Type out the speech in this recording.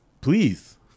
Please